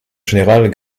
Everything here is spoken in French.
générale